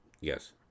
Yes